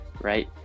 right